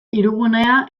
hirigunea